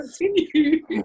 continue